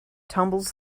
tumbles